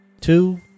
two